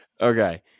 Okay